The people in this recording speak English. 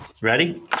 Ready